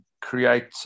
create